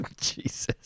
Jesus